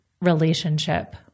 relationship